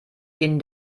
ihnen